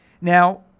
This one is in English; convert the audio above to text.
Now